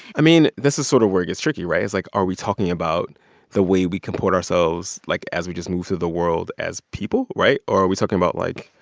i mean, this is sort of where it gets tricky, right? it's like are we talking about the way we comport ourselves, like, as we just move through the world as people right? or are we talking about, like,